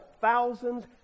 thousands